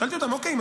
שאלתי אותם: אוקיי,